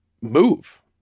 move